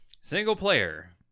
Single-player